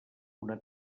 una